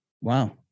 Wow